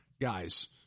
Guys